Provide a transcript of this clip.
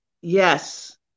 Yes